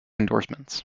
endorsements